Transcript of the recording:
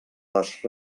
les